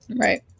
Right